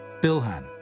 Bilhan